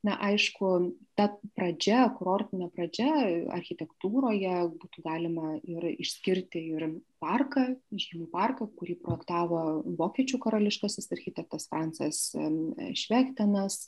na aišku ta pradžia kurortinė pradžia architektūroje būtų galima ir išskirti ir parką žymų parką kurį projektavo vokiečių karališkasis architektas francas švechtenas